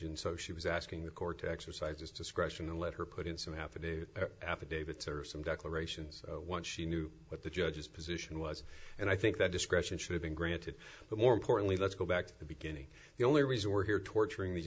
and so she was asking the court to exercise its discretion and let her put in some avenue affidavits or some declarations once she knew what the judges position was and i think that discretion should have been granted but more importantly let's go back to the beginning the only reason we're here torturing the